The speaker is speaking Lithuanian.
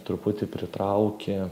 truputį pritrauki